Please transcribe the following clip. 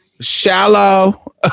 shallow